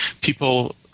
People